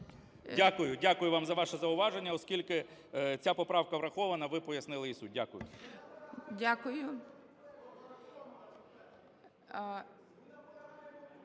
Дякую вам за ваше зауваження, оскільки ця поправка врахована, ви пояснили її суть. Дякую.